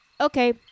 Okay